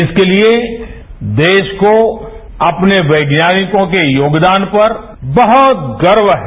इसके लिए देश को अपने वैज्ञानिकों के योगदान पर बहुत गर्वे है